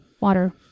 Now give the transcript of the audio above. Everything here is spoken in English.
water